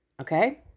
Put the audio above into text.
Okay